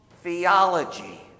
theology